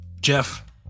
Jeff